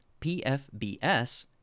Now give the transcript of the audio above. PFBS